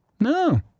No